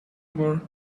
over